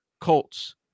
Colts